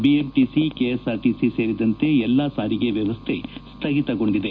BMTC KSRTC ಸೇರಿದಂತೆ ಎಲ್ಲಾ ಸಾರಿಗೆ ವ್ಯವಸ್ಥೆ ಸ್ಥಗಿತಗೊಂಡಿದೆ